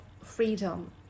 freedom